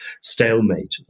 stalemate